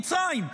מצרים,